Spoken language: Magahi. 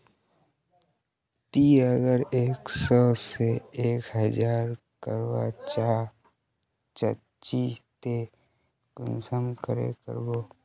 ती अगर एक सो से एक हजार करवा चाँ चची ते कुंसम करे करबो?